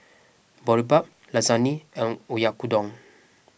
Boribap Lasagne and Oyakodon